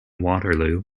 waterloo